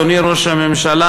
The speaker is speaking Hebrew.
אדוני ראש הממשלה,